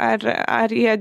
ar ar jie